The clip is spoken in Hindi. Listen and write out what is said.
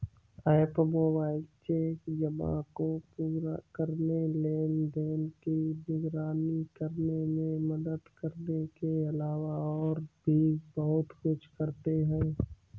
एप मोबाइल चेक जमा को पूरा करने, लेनदेन की निगरानी करने में मदद करने के अलावा और भी बहुत कुछ करते हैं